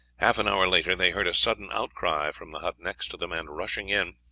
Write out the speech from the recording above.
half an hour later, they heard a sudden outcry from the hut next to them, and rushing in,